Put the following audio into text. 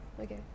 okay